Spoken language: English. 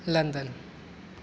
London